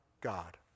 God